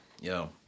Yo